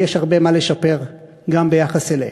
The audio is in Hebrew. ויש הרבה מה לשפר גם ביחס אליהם.